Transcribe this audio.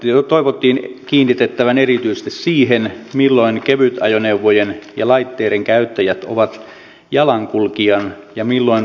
huomiota toivottiin kiinnitettävän erityisesti siihen milloin kevytajoneuvojen ja laitteiden käyttäjät ovat jalankulkijan ja milloin polkupyöräilijän roolissa